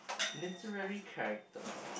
literary character